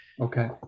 Okay